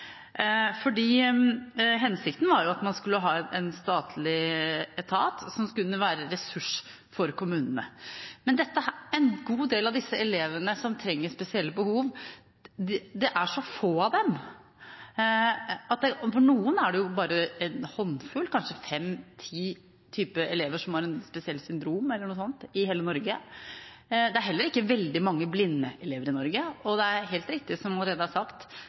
Hensikten var jo at man skulle ha en statlig etat som skulle være en ressurs for kommunene, men når det gjelder en god del av disse elevene med spesielle behov, er det så få av dem – noen ganger kanskje bare en håndfull, kanskje fem–ti elever i hele Norge som har et spesielt syndrom eller noe sånt – og det er heller ikke veldig mange blinde elever i Norge. Det er helt riktig, som det allerede er sagt,